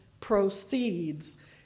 proceeds